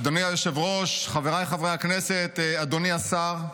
אדוני היושב-ראש, חבריי חברי הכנסת, אדוני השר,